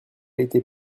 été